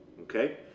Okay